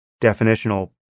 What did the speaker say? definitional